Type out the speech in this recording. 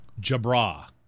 Jabra